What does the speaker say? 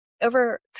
over